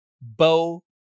Bo